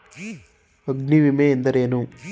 ಅಗ್ನಿವಿಮೆ ಎಂದರೇನು?